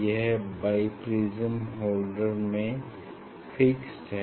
यह bi prism holder में fixed है